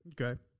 Okay